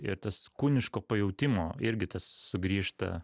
ir tas kūniško pajautimo irgi tas sugrįžta